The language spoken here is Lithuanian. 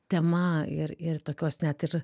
tema ir ir tokios net ir